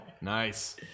Nice